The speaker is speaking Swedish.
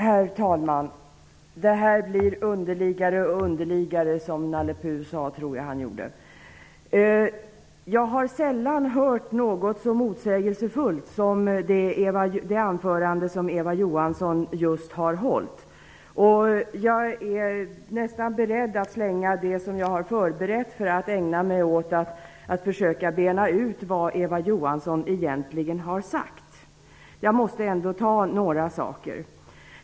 Herr talman! Det här blir underligare och underligare. Jag tror att det var Nalle Puh som sade det. Jag har sällan hört något så motsägelsefullt som det anförande som Eva Johansson just har hållit. Jag är nästan beredd att slänga det som jag har förberett, för att ägna mig åt att försöka bena ut vad Eva Johansson egentligen har sagt. Jag måste ta upp några saker.